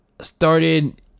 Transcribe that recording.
started